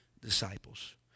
disciples